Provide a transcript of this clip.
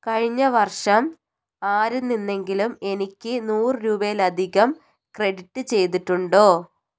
കഴിഞ്ഞ വർഷം ആരിൽ നിന്നെങ്കിലും എനിക്ക് നൂറ് രൂപയിലധികം ക്രെഡിറ്റ് ചെയ്തിട്ടുണ്ടോ